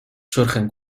surgen